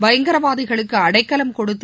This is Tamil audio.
பயங்கரவாதிகளுக்கு அடைக்கலம் கொடுத்து